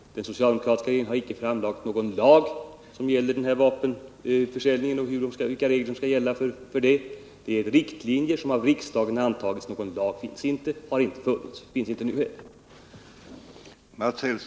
Den socialdemokratiska regeringen har icke framlagt något förslag till lag om vilka regler som skall gälla för vapenförsäljningen. Det är riktlinjer som av riksdagen antagits — någon lag finns inte och har inte funnits.